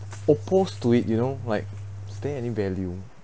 opposed to it you know like is there any value